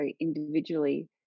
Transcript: individually